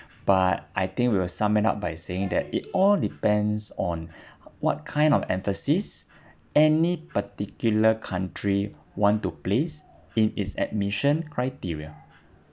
but I think we will sum it up by saying that it all depends on what kind of emphasis any particular country want to place in its admission criteria